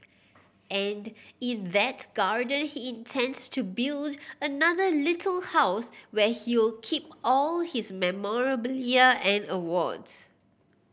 and in that garden he intends to build another little house where he'll keep all his memorabilia and awards